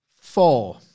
Four